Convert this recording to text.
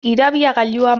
irabiagailua